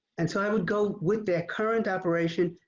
and so i would go with their current operation.